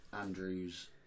Andrews